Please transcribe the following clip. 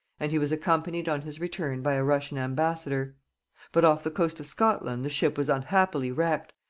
and he was accompanied on his return by a russian ambassador but off the coast of scotland the ship was unhappily wrecked,